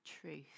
truth